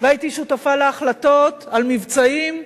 והייתי שותפה להחלטות על מבצעים,